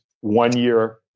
one-year